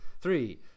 three